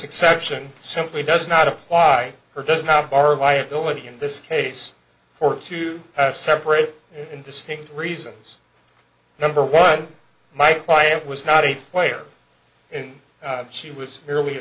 exception simply does not apply or does not bar liability in this case for two separate and distinct reasons number one my client was not a player she was merely a